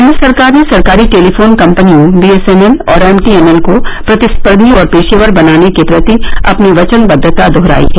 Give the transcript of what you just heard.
केन्द्र सरकार ने सरकारी टेलीफोन कम्पनियों बी एस एन एल और एम टी एन एल को प्रतिस्पर्धी और पेशेवर बनाने के प्रति अपनी वचनबद्धता दोहराई है